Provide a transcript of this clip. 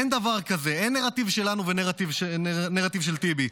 אין דבר כזה, אין נרטיב שלנו ונרטיב של טיבי.